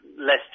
less